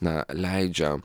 na leidžia